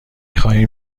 خواهیم